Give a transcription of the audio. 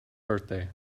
birthday